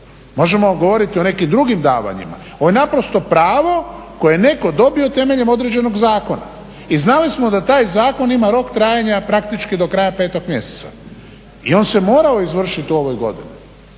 Možemo govoriti o nekim drugim davanjima. Ovo je naprosto pravo koje je netko dobio temeljem određenog zakona. I znali smo da taj zakon ima rok trajanja praktički do kraja 5 mjeseca i on se morao izvršiti u ovoj godini.